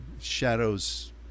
Shadow's